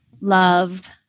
love